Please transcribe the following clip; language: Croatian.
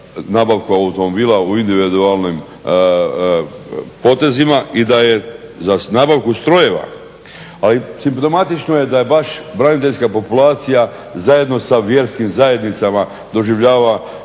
nabavku automobila u individualnim potezima i da je za nabavku strojeva, a i simptomatično je da je baš braniteljska populacija zajedno sa vjerskim zajednicama doživljava